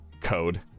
code